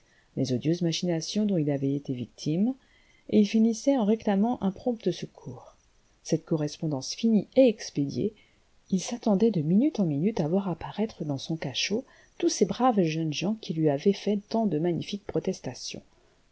les odieuses machinations dont il avait été victime et il finissait en réclamant un prompt secours cette correspondance finie et expédiée il s'attendait de minute en minute à voir apparaître dans son cachot tous ces braves jeunes gens qui lui avaient fait tant de magnifiques protestations